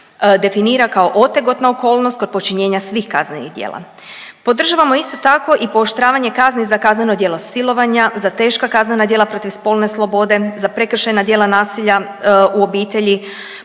definira kao otegotna okolnost kod počinjenja svih kaznenih djela. Podržavamo isto tako i pooštravanje kazni za kazneno djelo silovanja, za teška kaznena djela protiv spolne slobode, za prekršajna djela nasilja u obitelji.